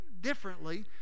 differently